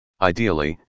Ideally